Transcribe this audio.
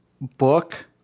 book